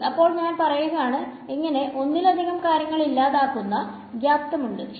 ശെരി അപ്പൊ ഞാൻ പറയുകയാണ് ഇങ്ങനെ ഒന്നിലധികം കാര്യങ്ങൾ ഇല്ലാതാകുന്ന വ്യാപ്തമുണ്ട്